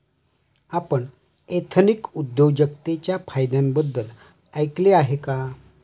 आपण एथनिक उद्योजकतेच्या फायद्यांबद्दल ऐकले आहे का?